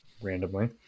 randomly